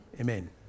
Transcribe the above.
Amen